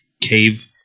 cave